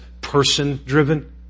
person-driven